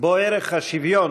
שבו ערך השוויון,